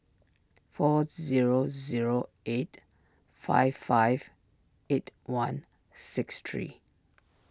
four zero zero eight five five eight one six three